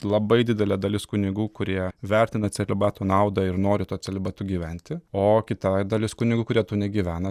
labai didelė dalis kunigų kurie vertina celibato naudą ir nori tuo celibatu gyventi o kitai dalis kunigų kurie tuo negyvena